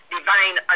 divine